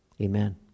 amen